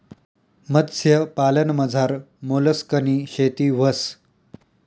मत्स्यपालनमझार मोलस्कनी शेती व्हस